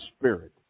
spirit